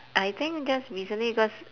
I think just recently cause